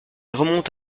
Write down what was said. remonte